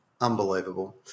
Unbelievable